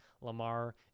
Lamar